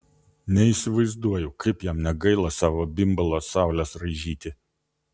neįsivaizduoju kaip jam negaila savo bimbalo saules raižyti